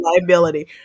liability